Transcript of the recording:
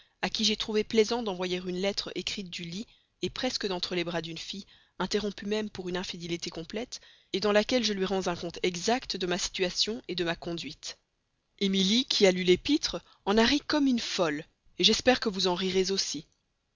à qui j'ai trouvé plaisant d'envoyer une lettre écrite du lit presque dans les bras d'une fille interrompue même pour une infidélité complète dans laquelle je lui rendis un compte exact de ma situation de ma conduite émilie qui a lu l'épître en a ri comme une folle j'espère que vous en rirez aussi